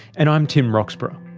and i'm tim roxburgh.